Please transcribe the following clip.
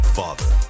father